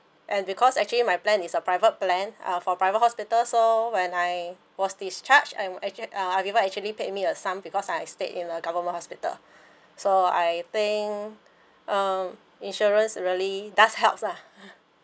and because actually my plan is a private plan uh for private hospital so when I was discharged I'm actually uh Aviva actually pay me a sum because I stayed in a government hospital so I think um insurance really does helps lah